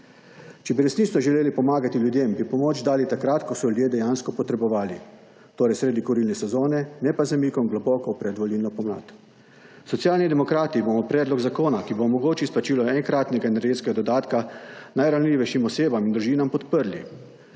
Če bi resnično želeli pomagati ljudem bi pomoč dali takrat, ko so ljudje dejansko potrebovali torej sredi kurilne sezone ne pa z zamikom globoko v predvolilno pomlad. Socialni demokrati bomo predlog zakona, ki bo omogočil izplačilo enkratnega energetskega dodatka najranljivejšim oseb in družinam podprli.